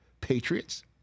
Patriots